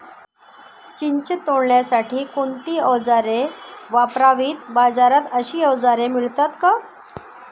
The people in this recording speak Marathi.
चिंच तोडण्यासाठी कोणती औजारे वापरावीत? बाजारात अशी औजारे मिळतात का?